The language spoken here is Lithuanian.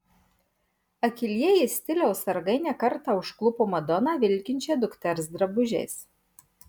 akylieji stiliaus sargai ne kartą užklupo madoną vilkinčią dukters drabužiais